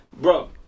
Bro